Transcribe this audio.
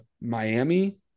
Miami